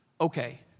Okay